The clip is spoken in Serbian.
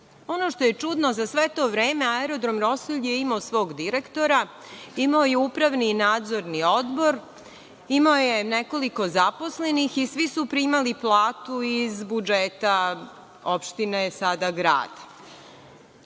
što je čudno, za sve to vreme Aerodrom „Rosulja“ je imao svog direktora, imao je upravni i nadzorni odbor, imao je nekoliko zaposlenih i svi su primali platu iz budžeta opštine, a sada grada.